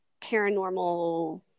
paranormal